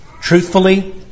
truthfully